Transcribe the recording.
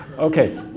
okay.